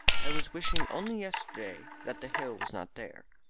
i was wishing only yesterday that the hill was not there.